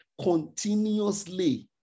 continuously